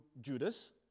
Judas